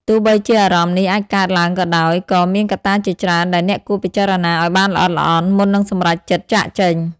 ទោះបីជាអារម្មណ៍នេះអាចកើតឡើងក៏ដោយ ក៏មានកត្តាជាច្រើនដែលអ្នកគួរពិចារណាឲ្យបានល្អិតល្អន់ មុននឹងសម្រេចចិត្តចាកចេញ។